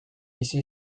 bizi